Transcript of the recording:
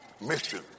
Mission